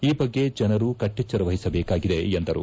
ಈ ಬಗ್ಗೆ ಜನರು ಕಟ್ಟೆಚ್ಚರ ವಹಿಸಬೇಕಾಗಿದೆ ಎಂದರು